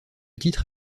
titre